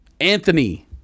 Anthony